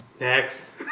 Next